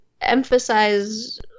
emphasize